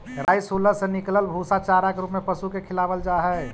rice हुलस से निकलल भूसा चारा के रूप में पशु के खिलावल जा हई